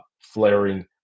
flaring